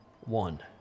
one